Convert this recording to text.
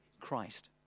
Christ